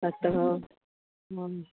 अतः मम